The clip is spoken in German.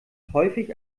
häufig